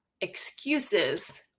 excuses